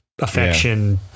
affection